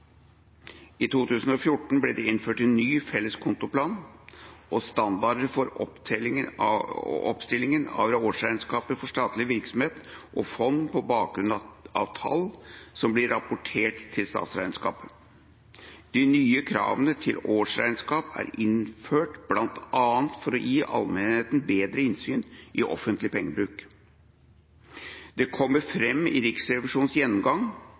i staten. I 2014 ble det innført en ny, felles kontoplan og standarder for oppstilling av årsregnskap for statlige virksomheter og fond på bakgrunn av tall som blir rapportert til statsregnskapet. De nye kravene til årsregnskap er innført bl.a. for å gi allmennheten bedre innsyn i offentlig pengebruk. Det kommer fram i Riksrevisjonenes gjennomgang